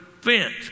fence